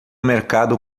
mercado